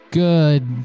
good